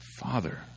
father